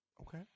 Okay